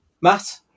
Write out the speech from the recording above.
Matt